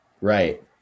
Right